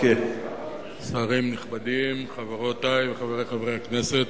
שרים נכבדים, חברותי וחברי חברי הכנסת,